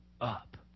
up